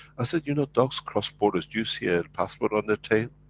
i said, you know dogs cross borders do you see a passport on their tail?